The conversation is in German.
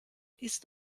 ist